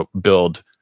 build